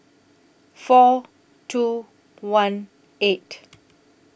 four two one eight